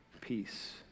peace